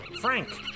Frank